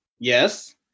Yes